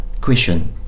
question